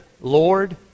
Lord